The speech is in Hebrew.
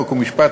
חוק ומשפט,